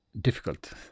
difficult